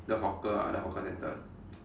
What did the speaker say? the hawker other hawker center